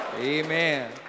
Amen